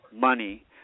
money